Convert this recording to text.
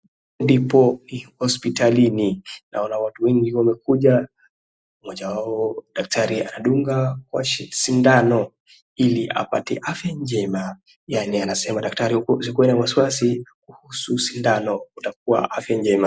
Ndipo hospitalini, naona watu wengi wamekuja, moja wao daktari anadunga sindano ili apate afya njema, yaani anasema daktari usikuwe na wasiwasi kuhusu sindano utakuwa na afya njema.